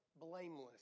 blameless